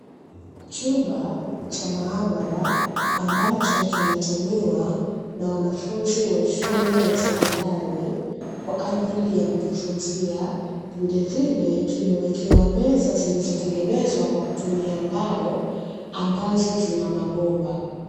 Chumba cha maabara ambacho kinatumiwa na wanafunzi wa shule ya sekondari kwa ajili ya kujifunzia, vilevile kimewekewa meza zilizotengenezwa kwa kutumia mbao ambazo zina mabomba.